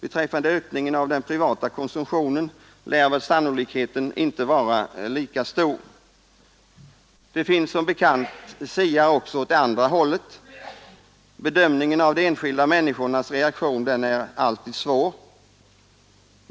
Beträffande ökningen av den privata konsumtionen lär väl sannolikheten inte vara lika stor. Det finns som bekant siare också åt det andra hållet. Bedömningen av de enskilda människornas reaktion är alltid svår att göra.